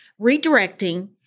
redirecting